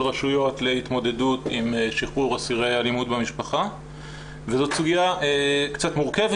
רשויות להתמודדות עם שחרור אסירי אלימות במשפחה וזאת סוגיה קצת מורכבת,